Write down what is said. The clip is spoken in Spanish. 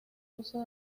uso